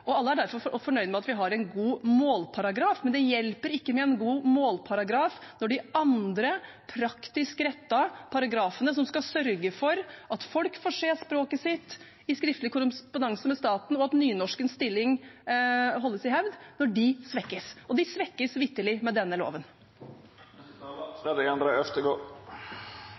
og alle er derfor fornøyd med at vi har en god målparagraf, men det hjelper ikke med en god målparagraf når de andre praktisk rettede paragrafene som skal sørge for at folk få se språket sitt i skriftlig korrespondanse med staten og at nynorskens stilling holdes i hevd, svekkes. Og de svekkes vitterlig med denne loven.